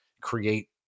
create